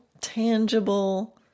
tangible